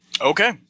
Okay